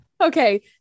Okay